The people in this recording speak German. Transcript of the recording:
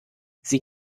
sie